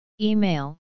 Email